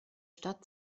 stadt